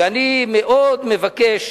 ואני מאוד מבקש